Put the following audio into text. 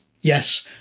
yes